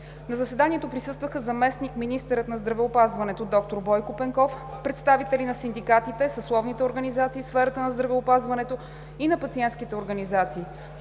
На заседанието присъстваха заместник-министърът на здравеопазването доктор Бойко Пенков, представители на синдикатите, съсловните организации в сферата на здравеопазването и на пациентските организации.